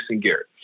Garrett